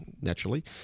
naturally